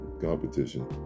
competition